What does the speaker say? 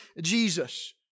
Jesus